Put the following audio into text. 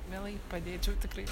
mielai padėčiau tikrai